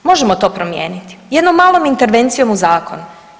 Možemo to promijeniti, jednom malom intervencijom u zakonu.